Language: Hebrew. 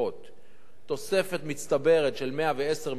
תוספת מצטברת של 110 מיליון שקלים.